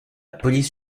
police